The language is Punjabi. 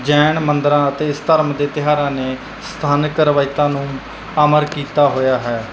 ਜੈਨ ਮੰਦਰਾਂ ਅਤੇ ਧਰਮ ਦੇ ਤਿਉਹਾਰਾਂ ਨੇ ਸਥਾਨਕ ਰਵਾਇਤਾਂ ਨੂੰ ਅਮਰ ਕੀਤਾ ਹੋਇਆ ਹੈ